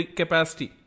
capacity